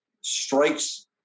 Strikes